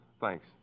thanks